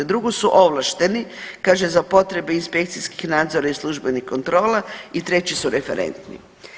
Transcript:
Drugo su ovlašteni kaže za potrebe inspekcijskih nadzora i službenih kontrola i treće su referenti.